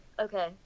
okay